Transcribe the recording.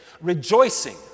rejoicing